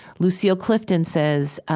lucille clifton says,